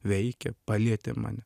veikia palietė mane